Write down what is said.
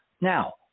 Now